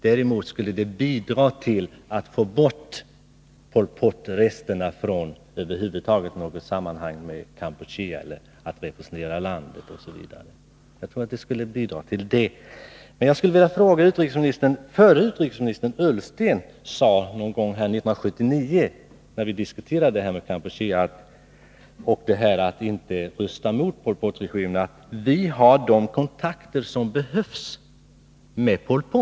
Däremot skulle det bidra till att man får bort Pol Pot-resterna när det gäller att representera Kampuchea i internationella sammanhang. Förre utrikesministern Ola Ullsten sade här någon gång 1979 när vi diskuterade Kampuchea och detta att inte rösta mot Pol Pot-regimen: Vi har de kontakter som behövs med Pol Pot.